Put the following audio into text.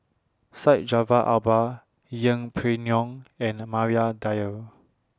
Syed Jaafar Albar Yeng Pway Ngon and Maria Dyer